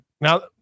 now